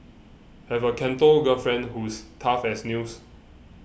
have a Canto girlfriend who's tough as nails